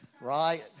Right